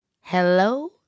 Hello